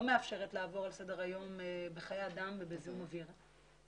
מאפשרת לעבור לסדר היום בחיי אדם ובזיהום אוויר.